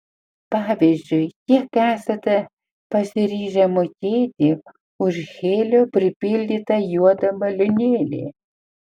pavyzdžiui kiek esate pasiryžę mokėti už helio pripildytą juodą balionėlį